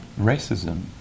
racism